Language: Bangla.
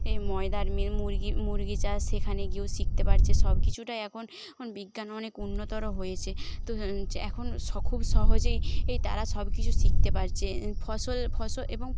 এই ময়দার মে মুরগি মুরগি চাষ সেখানে গিয়েও শিখতে পারছে সবকিছুটায় এখন এখন বিজ্ঞান অনেক উন্নতর হয়েছে তো এখন খুব সহজেই এই তারা সব কিছু শিখতে পারছে ফসল ফসল এবং